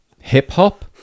hip-hop